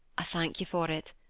thank you for it,